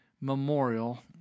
memorial